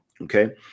Okay